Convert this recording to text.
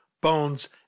bones